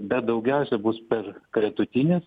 bet daugiausiai bus per gretutines